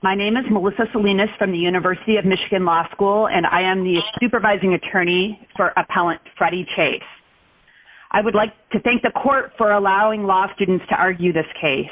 my name is melissa salinas from the university of michigan law school and i am the stupor vising attorney for appellant friday chase i would like to thank the court for allowing law students to argue this case